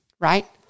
Right